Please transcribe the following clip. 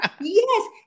Yes